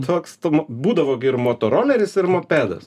toks būdavo gi ir motoroleris ir mopedas